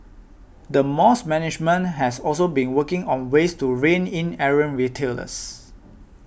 the mall's management has also been working on ways to rein in errant retailers